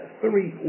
three